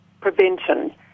prevention